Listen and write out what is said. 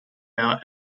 out